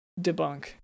debunk